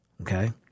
Okay